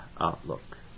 outlook